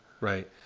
Right